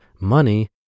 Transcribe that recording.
money